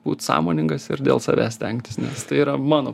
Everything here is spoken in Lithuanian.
būt sąmoningas ir dėl savęs stengtis nes tai yra mano